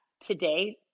today